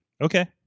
Okay